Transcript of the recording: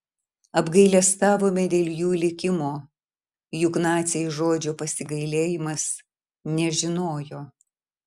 apgailestavome dėl jų likimo juk naciai žodžio pasigailėjimas nežinojo